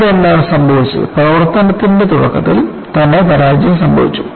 ഇവിടെ എന്താണ് സംഭവിച്ചത് പ്രവർത്തനത്തിന്റെ തുടക്കത്തിൽ തന്നെ പരാജയം സംഭവിച്ചു